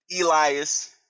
Elias